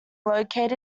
located